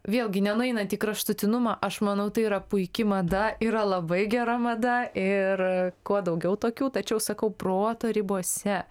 vėlgi nenueinant į kraštutinumą aš manau tai yra puiki mada yra labai gera mada ir kuo daugiau tokių tačiau sakau proto ribose